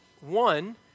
One